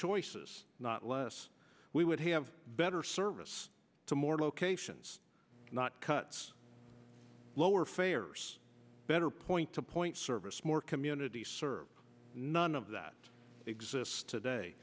choices not less we would have better service to more locations not cuts lower fares better point to point service more community service none of that exists today